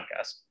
podcast